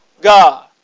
God